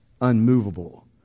unmovable